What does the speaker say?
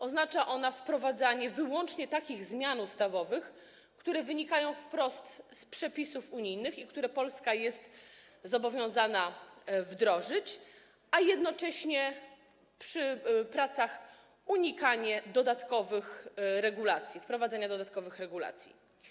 Oznacza ona wprowadzanie wyłącznie takich zmian ustawowych, które wynikają wprost z przepisów unijnych, jakie Polska jest zobowiązana wdrożyć, i jednocześnie przy pracach unikanie wprowadzania dodatkowych regulacji.